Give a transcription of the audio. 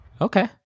Okay